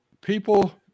people